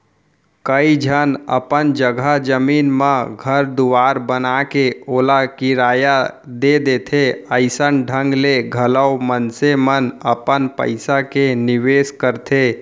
कइ झन अपन जघा जमीन म घर दुवार बनाके ओला किराया दे देथे अइसन ढंग ले घलौ मनसे मन अपन पइसा के निवेस करथे